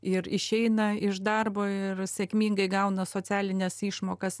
ir išeina iš darbo ir sėkmingai gauna socialines išmokas